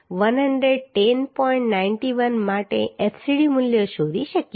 91 માટે fcd મૂલ્ય શોધી શકીએ છીએ જે 93